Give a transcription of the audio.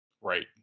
Right